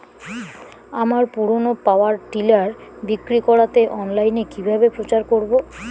আমার পুরনো power tiller বিক্রি করাতে অনলাইনে কিভাবে প্রচার করব?